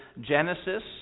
Genesis